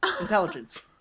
intelligence